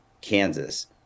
Kansas